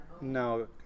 No